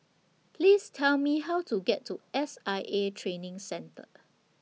Please Tell Me How to get to S I A Training Centre